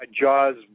Jaws